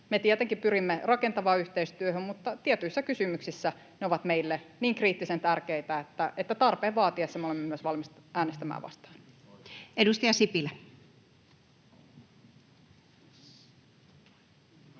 Me tietenkin pyrimme rakentavaan yhteistyöhön, mutta tietyt kysymykset ovat meille niin kriittisen tärkeitä, että tarpeen vaatiessa me olemme myös valmiita äänestämään vastaan. [Speech